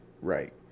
right